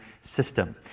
system